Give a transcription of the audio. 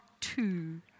two